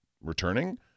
returning